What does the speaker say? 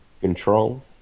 Control